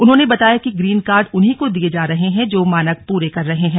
उन्होंने बताया कि ग्रीन कार्ड उन्हीं को दिए जा रहे हैं जो मानक प्रे कर रहे हैं